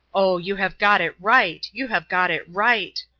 oh, you have got it right, you have got it right!